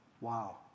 Wow